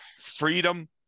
freedom